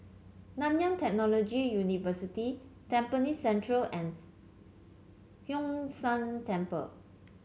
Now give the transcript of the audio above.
Nanyang Technological University Tampines Central and Hwee San Temple